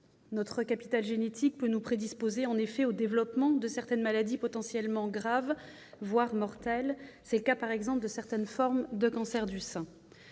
Notre capital génétique peut nous prédisposer en effet au développement de certaines maladies potentiellement graves, voire mortelles. C'est le cas par exemple de certaines formes de cancer du sein.